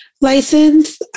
license